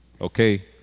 okay